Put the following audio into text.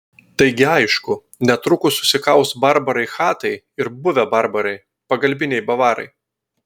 taigi aišku netrukus susikaus barbarai chatai ir buvę barbarai pagalbiniai bavarai